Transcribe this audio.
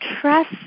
trust